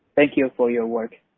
thank you for your work